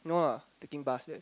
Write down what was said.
no lah taking bus